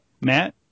Matt